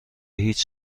هیچ